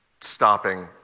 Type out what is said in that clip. stopping